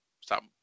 stop